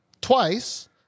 Twice